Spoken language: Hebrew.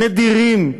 נדירים,